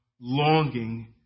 longing